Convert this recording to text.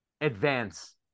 advance